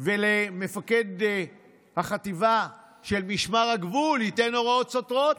ולמפקד החטיבה של משמר הגבול ייתן הוראות סותרות,